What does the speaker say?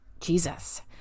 Jesus